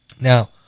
Now